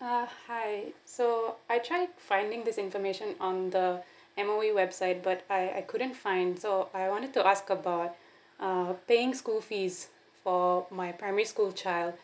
uh hi so I try to finding this information on the M_O_E website but I I couldn't find so I wanted to ask about uh paying school fees for my primary school child